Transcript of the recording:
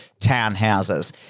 townhouses